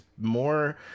more